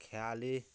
খেৱালি